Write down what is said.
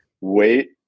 wait